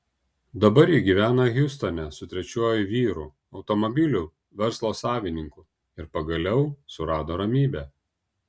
dabar ji gyvena hjustone su trečiuoju vyru automobilių verslo savininku ir pagaliau surado ramybę